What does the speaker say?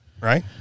right